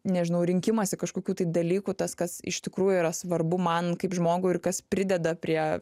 nežinau rinkimąsi kažkokių dalykų tas kas iš tikrųjų yra svarbu man kaip žmogui ir kas prideda prie